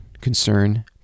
concern